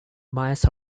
miles